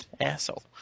Asshole